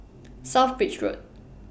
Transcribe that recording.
South Bridge Road